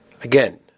Again